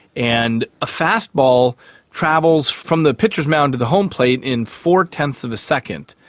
and a fast ball travels from the pitcher's mound to the home plate in four-tenths of a second,